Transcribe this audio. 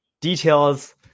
details